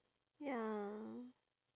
ya